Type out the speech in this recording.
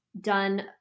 done